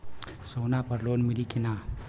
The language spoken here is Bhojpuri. सोना पर लोन मिली की ना?